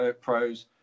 pros